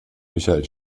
michael